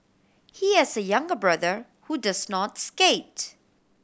he has a younger brother who does not skate